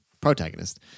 protagonist